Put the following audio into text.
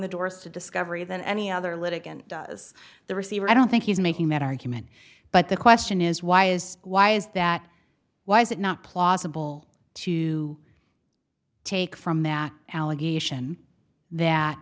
the doors to discovery than any other litigant does the receiver i don't think he's making that argument but the question is why is why is that why is it not plausible to take from that allegation that